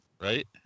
right